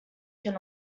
can